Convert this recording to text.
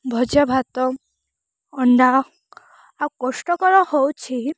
ଭଜା ଭାତ ଅଣ୍ଡା ଆଉ କଷ୍ଟକର ହେଉଛି